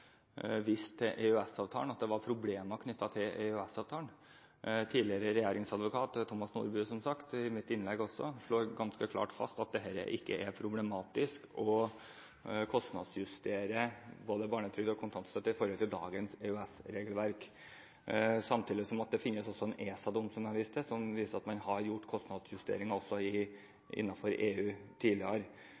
det var problemer knyttet til EØS-avtalen. Som jeg også sa i mitt innlegg, slår tidligere regjeringsadvokat Thomas Nordby ganske klart fast at det ikke er problematisk å kostnadsjustere både barnetrygd og kontantstøtte i forhold til dagens EØS-regelverk, samtidig som det også finnes en ESA-dom, som jeg viste til, som viser til at man har gjort kostnadsjusteringer også innenfor EU tidligere.